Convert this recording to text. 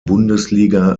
bundesliga